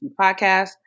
Podcast